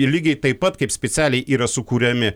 ir lygiai taip pat kaip specialiai yra sukuriami